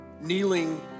kneeling